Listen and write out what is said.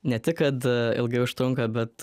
ne tik kad ilgai užtrunka bet